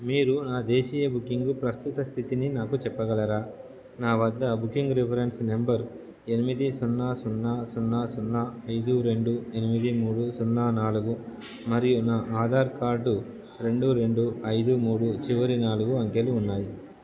మీరు నా దేశీయ బుకింగ్ ప్రస్తుత స్థితిని నాకు చెప్పగలరా నా వద్ద బుకింగ్ రిఫరెన్స్ నంబర్ ఎనిమిది సున్నా సున్నా సున్నా సున్నా ఐదు రెండు ఎనిమిది మూడు సున్నా నాలుగు మరియు నా ఆధార్ కార్డు రెండు రెండు ఐదు మూడు చివరి నాలుగు అంకెలు ఉన్నాయి